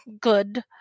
good